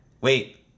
Wait